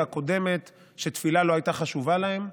הקודמת שתפילה לא הייתה חשובה להם,